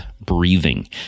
breathing